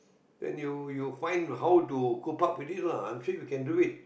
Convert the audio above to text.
and you you find how to coop up with it lah I'm sure you can do it